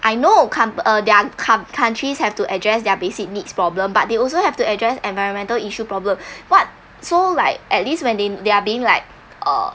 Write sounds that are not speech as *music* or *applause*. I know com~ uh there are com~ countries have to address their basic needs problem but they also have to address environmental issue problem *breath* [what] so like at least when they they're being like uh